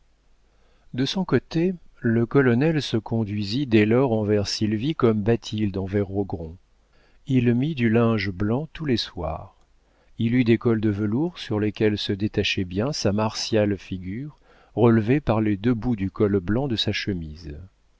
de son côté le colonel se conduisit dès lors envers sylvie comme bathilde envers rogron il mit du linge blanc tous les soirs il eut des cols de velours sur lesquels se détachait bien sa martiale figure relevée par les deux bouts du col blanc de sa chemise